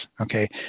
Okay